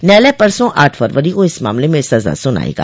न्यायालय परसों आठ फरवरी को इस मामले में सज़ा सुनायेगा